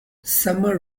summer